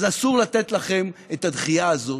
אז אסור לתת לכם את הדחייה הזאת,